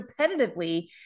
repetitively